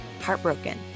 heartbroken